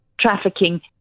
trafficking